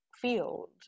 field